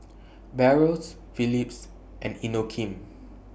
Barrel Phillips and Inokim